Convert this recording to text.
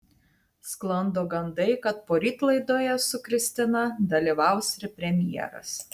sklando gandai kad poryt laidoje su kristina dalyvaus ir premjeras